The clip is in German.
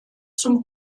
zum